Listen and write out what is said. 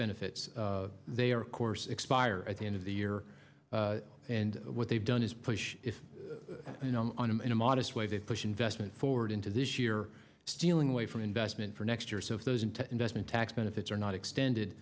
benefits they are course expire at the end of the year and what they've done is push on them in a modest way that push investment forward into this year stealing away from investment for next year so if those into investment tax benefits are not extended